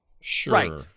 sure